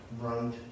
right